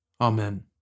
Amen